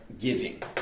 giving